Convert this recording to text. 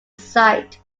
sight